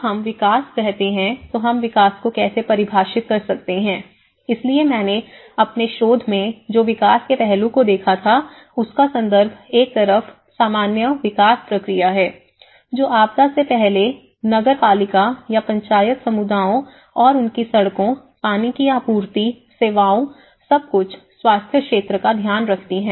जब हम विकास कहते हैं तो हम विकास को कैसे परिभाषित कर सकते हैं इसलिए मैंने अपने शोध में जो विकास के पहलू को देखा था उसका संदर्भ एक तरफ सामान्य विकास प्रक्रिया है जो आपदा से पहले नगर पालिका या पंचायत समुदायों और उनकी सड़कों पानी की आपूर्ति सेवाओं सब कुछ स्वास्थ्य क्षेत्र का ध्यान रखती हैं